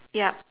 yup